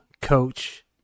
coach